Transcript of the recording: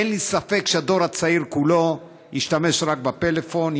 אין לי ספק שהדור הצעיר כולו ישתמש רק בפלאפון,